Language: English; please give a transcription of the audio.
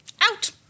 Out